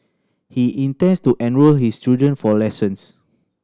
he intends to enrol his children for lessons